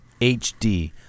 HD